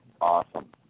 Awesome